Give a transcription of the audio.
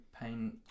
pain